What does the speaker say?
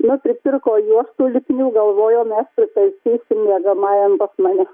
nu pripirko juostų lipnių galvojom mes pritaisysim miegamajam pas mane